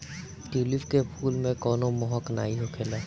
tulip के फूल में कवनो महक नाइ होखेला